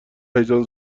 هیجان